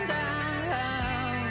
down